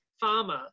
farmer